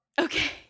Okay